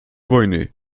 wojny